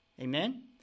Amen